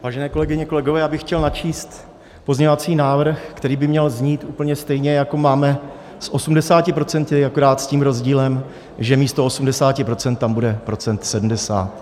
Vážené kolegyně, kolegové, já bych chtěl načíst pozměňovací návrh, který by měl znít úplně stejně, jako máme s 80 %, jenom s tím rozdílem, že místo 80 % tam bude procent 70.